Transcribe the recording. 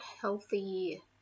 healthy